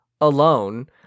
alone